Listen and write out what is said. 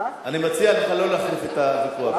אני מציע לך לא להחריף את הוויכוח.